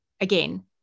again